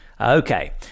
Okay